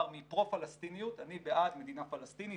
מפרו פלסטיניות: אני בעד מדינה פלסטינית,